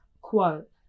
quote